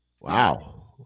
Wow